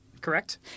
correct